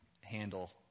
handle